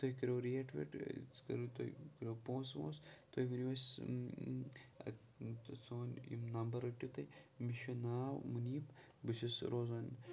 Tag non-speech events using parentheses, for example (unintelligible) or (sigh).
تُہۍ کٔرِو ریٹ ویٹ أسۍ کَرو تۄہہِ (unintelligible) پونٛسہٕ وونٛسہٕ تُہۍ ؤنِو اَسہِ سون یِم نَمبَر رٔٹِو تُہۍ مےٚ چھُ ناو مُنیٖب بہٕ چھُس روزان